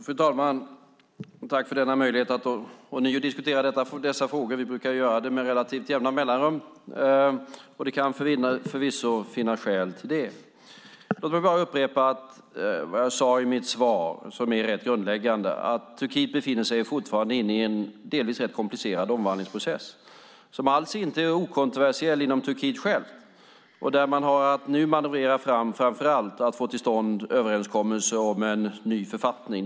Fru talman! Tack för denna möjlighet att ånyo diskutera dessa frågor! Vi brukar ju göra det med relativt jämna mellanrum, och det kan förvisso finnas skäl till det. Låt mig bara upprepa vad jag sade i mitt svar, som är rätt grundläggande: Turkiet befinner sig fortfarande inne i en delvis rätt komplicerad omvandlingsprocess. Den är alls inte okontroversiell inom Turkiet självt, och man har att nu manövrera fram och framför allt att få till stånd en överenskommelse om en ny författning.